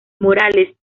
morales